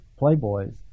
playboys